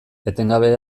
etengabe